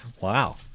Wow